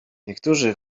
niektórzy